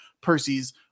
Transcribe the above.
percy's